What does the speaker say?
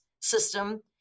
system